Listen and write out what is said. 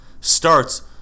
starts